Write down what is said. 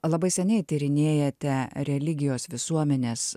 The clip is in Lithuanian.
labai seniai tyrinėjate religijos visuomenės